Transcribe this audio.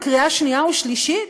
בקריאה שנייה ושלישית?